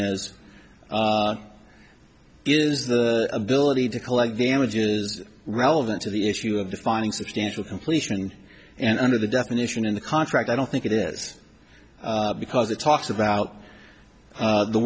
is is the ability to collect damages relevant to the issue of defining substantial completion and under the definition in the contract i don't think it is because it talks about